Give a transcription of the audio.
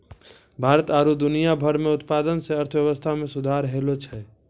भारत आरु दुनिया भर मे उत्पादन से अर्थव्यबस्था मे सुधार होलो छै